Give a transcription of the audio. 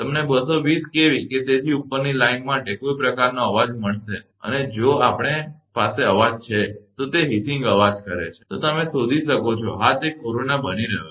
તમને 220 કેવી કે તેથી ઉપરની લાઇન માટે કોઈ પ્રકારનો અવાજ મળશે અને જો આપણે પાસે અવાજ છે તો તે હિસીંગ અવાજ કરે છે તો તમે શોધી શકો છો હા તે કોરોના બની રહ્યો છે